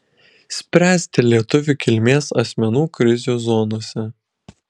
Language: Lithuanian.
spręs dėl lietuvių kilmės asmenų krizių zonose